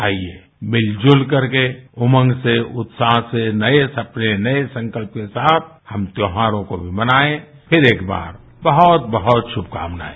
आइए मिलजुल करके उमंग से उत्साह से नये सपने नये संकल्प के साथ हम त्यौहारों को भी मनाए फिर एक बार बहुत बहुत शुभकामनाएं